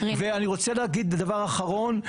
ואני רוצה להגיד דבר אחרון,